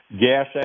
gas